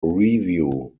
review